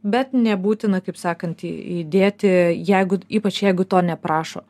bet nebūtina kaip sakant įdėti jeigu ypač jeigu to neprašo